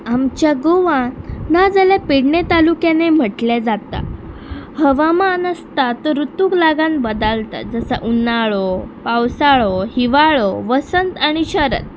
आमच्या गोवान नाजाल्यार पेडणे तालुक्यानय म्हटलें जाता हवामान आसता तो रुतूक लागान बदालतात जस उनाळो पावसाळो हिंवाळो वसंत आनी शरद